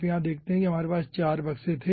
यहाँ आप देखते हैं कि हमारे पास 4 बक्से थे